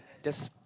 just